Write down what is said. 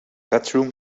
bedroom